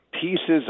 Pieces